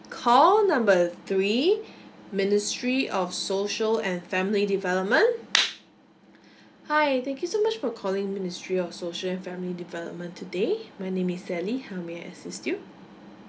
call number three ministry of social and family development hi thank you so much for calling ministry of social and family development today my name is sally how may I assist you